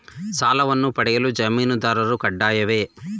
ಸಾಲವನ್ನು ಪಡೆಯಲು ಜಾಮೀನುದಾರರು ಕಡ್ಡಾಯವೇ?